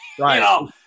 Right